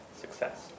success